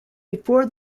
before